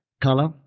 color